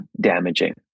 damaging